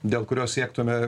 dėl kurio siektume